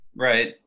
Right